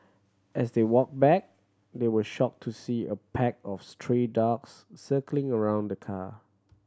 as they walked back they were shocked to see a pack of stray dogs circling around the car